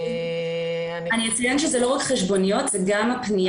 את רוב הנושאים אפשר יהיה